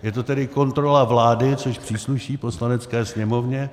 Je to tedy kontrola vlády, což přísluší Poslanecké sněmovně.